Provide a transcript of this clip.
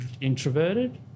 introverted